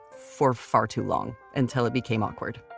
for far too long, until it became awkward.